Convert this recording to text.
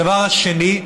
הדבר השני,